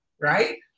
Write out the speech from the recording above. right